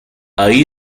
ahí